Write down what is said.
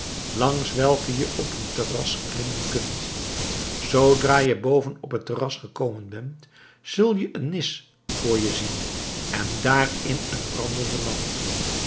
langs welke je op een terras klimmen kunt zoodra je boven op het terras gekomen bent zul je een nis voor je zien en daarin een brandende lamp